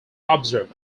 observed